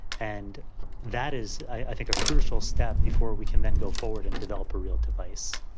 and that is i think a crucial step before we can then go forward and develop a real device.